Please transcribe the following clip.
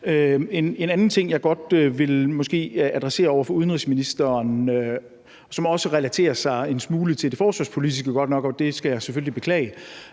En anden ting, jeg måske godt vil adressere over for udenrigsministeren, og som godt nok også relaterer sig en smule til det forsvarspolitiske – og det skal jeg selvfølgelig beklage